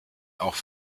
auch